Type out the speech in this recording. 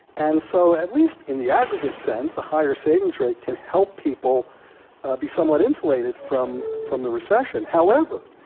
and so at least in the aggregate sense, a higher savings rate can help people be somewhat insulated from from the recession. however,